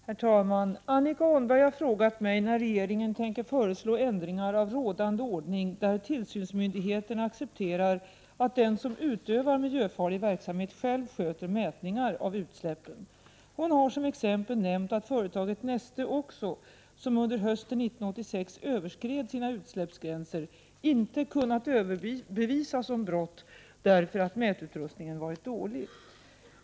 Herr talman! Annika Åhnberg har frågat mig när regeringen tänker föreslå ändringar av rådande ordning där tillsynsmyndigheterna accepterar att den som utövar miljöfarlig verksamhet själv sköter mätningar av utsläppen. Hon har som exempel nämnt att företaget Neste Oxo, som under hösten 1986 överskred sina utsläppsgränser, inte kunnat överbevisas om brott därför att mätutrustningen varit dålig.